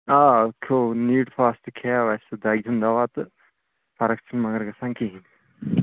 آ کھیوٚو نیٖڈ فاسٹ کھیٚیاو اَسہِ سُہ دَگہِ ہُنٛد دَوا تہٕ فرق چھِنہٕ مگر گَژھان کِہیٖنۍ